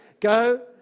Go